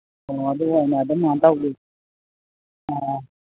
ꯑꯣ ꯑꯗꯨ ꯑꯣꯏꯅ ꯑꯗꯨꯝ ꯀꯩꯅꯣ ꯇꯧꯒꯦ ꯑꯥ